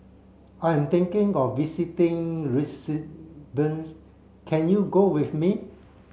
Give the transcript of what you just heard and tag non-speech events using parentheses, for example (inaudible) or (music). I am thinking of visiting (unintelligible) can you go with me